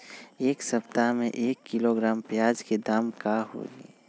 एक सप्ताह में एक किलोग्राम प्याज के दाम का होई?